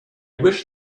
wish